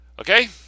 Okay